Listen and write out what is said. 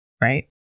right